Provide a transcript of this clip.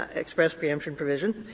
ah express preemption provision.